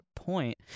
point